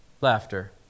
laughter